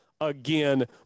again